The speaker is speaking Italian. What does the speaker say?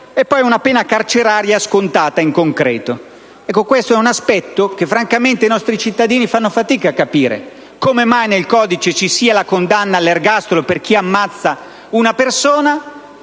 e poi una pena carceraria scontata in concreto. Francamente, i nostri cittadini fanno fatica a capire come mai nel codice ci sia la condanna all'ergastolo per chi ammazza una persona